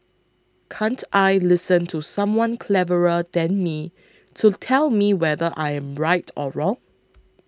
can't I listen to someone cleverer than me to tell me whether I am right or wrong